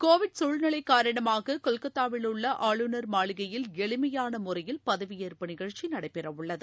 Covid சூழ்நிலை காரணமாக கொல்கத்தாவிலுள்ள ஆளுநர் மாளிகையில் எளிமையான முறையில் பதவியேற்பு நிகழ்ச்சி நடைபெறவுள்ளது